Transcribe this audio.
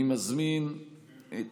אני מזמין את